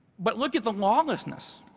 but look at the lawlessness,